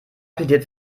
plädiert